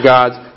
God's